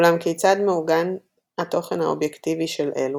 אולם כיצד מעוגן התוכן האובייקטיבי של אלו?